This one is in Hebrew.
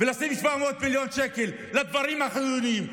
ולשים 700 מיליון שקל לדברים החיוניים,